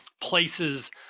places